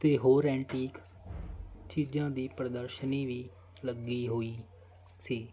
ਅਤੇ ਹੋਰ ਐਂਟੀਕ ਚੀਜ਼ਾਂ ਦੀ ਪ੍ਰਦਰਸ਼ਨੀ ਵੀ ਲੱਗੀ ਹੋਈ ਸੀ